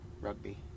Rugby